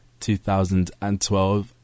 2012